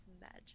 magic